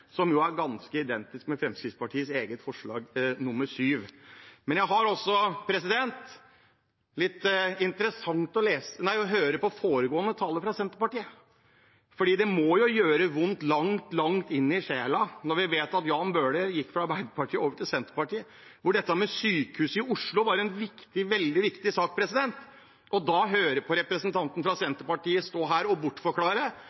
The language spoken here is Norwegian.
som jo er ganske identisk med Fremskrittspartiets eget forslag, nr. 7. Det var litt interessant å høre på foregående taler fra Senterpartiet, for det må jo gjøre vondt langt, langt inn i sjelen når vi vet at Jan Bøhler gikk fra Arbeiderpartiet og over til Senterpartiet, hvor dette med sykehuset i Oslo var en veldig viktig sak – og da høre representanten fra